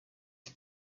the